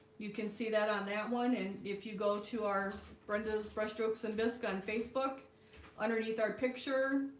you can see that on that one. and if you go to our brenda's brushstrokes and bisque on facebook underneath our picture.